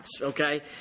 okay